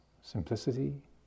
simplicity